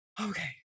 okay